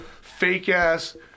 fake-ass